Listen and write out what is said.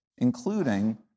including